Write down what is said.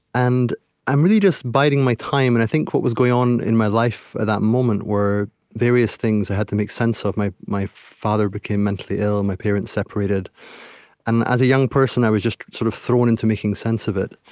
and i'm really just biding my time. and i think what was going on in my life at that moment were various things i had to make sense of. my my father became mentally ill my parents separated and as a young person, i was just sort of thrown into making sense of it.